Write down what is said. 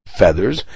feathers